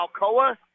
Alcoa